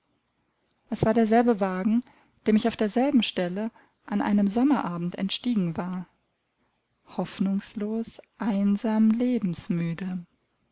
es war derselbe wagen dem ich auf derselben stelle an einem sommerabend entstiegen war hoffnungslos einsam